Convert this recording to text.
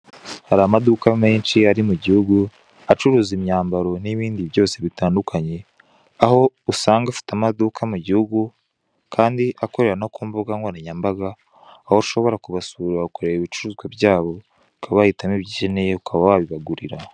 Hari amaduka menshi ari mu gihugu acuruza imyambaro n'ibindi byose bitandukanye, aho usanga afite amaduka mu gihugu kandi akorera no ku mbugankoranyambaga; aho ushobora kubasura ukareba ibicururuzwa byabo ukaba wahitamo ibyo ukeneye, ukaba wabibagurira.